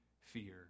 fear